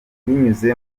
binyuze